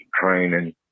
training